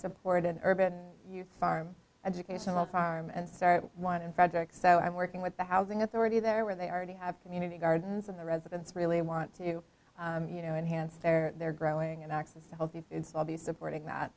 support an urban farm educational farm and start one in frederick so i'm working with the housing authority there where they already have community gardens of the residents really want to you know enhance their they're growing in access to healthy foods all the supporting that